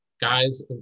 guys